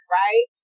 right